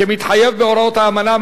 כמתחייב מהוראות האמנה.